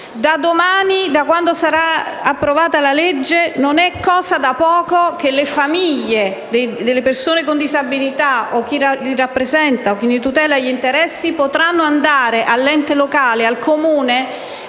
Da domani, da quando sarà approvata la legge, (e non è cosa da poco) le famiglie delle persone con disabilità, o chi le rappresenta e ne tutela gli interessi, potranno andare presso l'ente locale o il Comune